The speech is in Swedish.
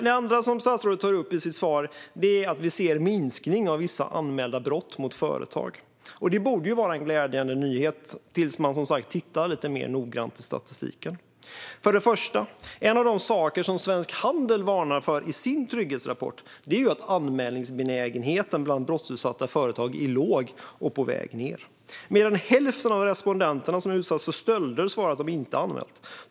Det andra som statsrådet tar upp i sitt svar är att vi ser en minskning av vissa anmälda brott mot företag. Det borde vara en glädjande nyhet. Det är det tills man, som sagt, tittar lite mer noggrant i statistiken. Först och främst: En av de saker som Svensk Handel varnar för i sin trygghetsrapport är att anmälningsbenägenheten bland brottsutsatta företag är låg och på väg ned. Mer än hälften av de som har utsatts för stölder svarar att de inte har anmält.